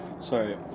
sorry